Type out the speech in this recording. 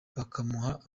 bakamuha